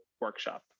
workshop